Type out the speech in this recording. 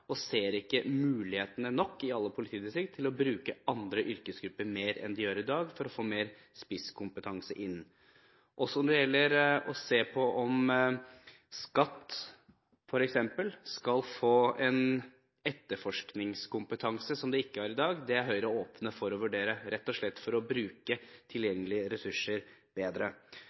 Ikke alle politidistrikter ser godt nok mulighetene til å bruke andre yrkesgrupper mer enn de gjør i dag, for å få mer spisskompetanse inn. Også når det gjelder f.eks. skatt, er Høyre åpen for å vurdere om en skal få en etterforskningskompetanse som det ikke er i dag, rett og slett for å bruke tilgjengelige ressurser bedre.